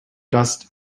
dust